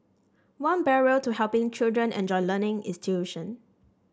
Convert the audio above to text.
one barrier to helping children enjoy learning is tuition